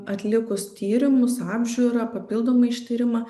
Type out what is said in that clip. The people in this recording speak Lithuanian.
atlikus tyrimus apžiūrą papildomą ištyrimą